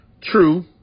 True